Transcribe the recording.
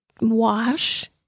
wash